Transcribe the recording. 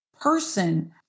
person